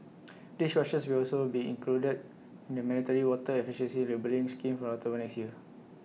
dishwashers will also be included in the mandatory water efficiency labelling scheme from October next year